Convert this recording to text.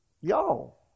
Y'all